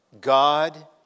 God